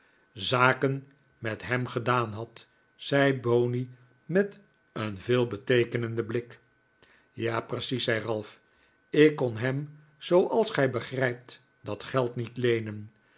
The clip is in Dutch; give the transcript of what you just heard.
zaken met hem gedaan had zei bonney met een veelbeteekenenden blik ja precies zei ralph ik kon hem zooals gij begrijpt dat geld niet leenen